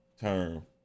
term